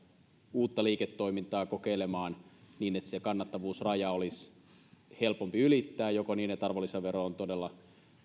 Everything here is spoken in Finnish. uutta liiketoimintaa kokeilemaan niin että se kannattavuusraja olisi helpompi ylittää joko niin että arvonlisävero on todella